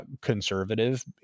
conservative